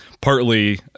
partly